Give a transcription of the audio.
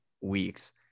weeks